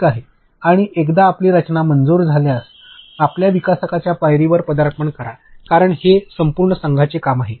ठीक आहे आणि एकदा आपली रचना मंजूर झाल्यावर आपण विकासाच्या पायरीवर पदार्पण करा कारण हे संपूर्ण संघाचे काम आहे